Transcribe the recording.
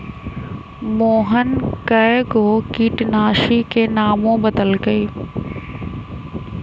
मोहन कै गो किटनाशी के नामो बतलकई